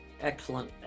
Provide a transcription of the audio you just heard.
Excellent